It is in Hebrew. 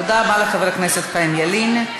תודה רבה לחבר הכנסת חיים ילין.